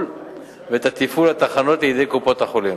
ואת תפעול התחנות לידי קופות-החולים.